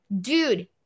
dude